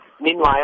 Meanwhile